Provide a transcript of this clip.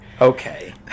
Okay